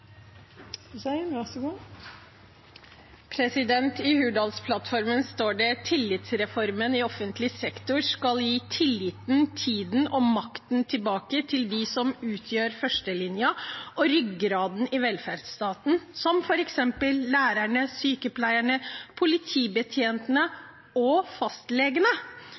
i offentlig sektor skal gi tilliten, tiden og makten tilbake til de som utgjør førstelinja og ryggraden i velferdsstaten, som for eksempel lærerne, sykepleierne, politibetjentene og fastlegene.